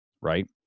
right